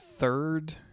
third